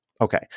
Okay